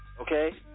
Okay